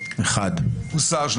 הרוויזיה הוסרה.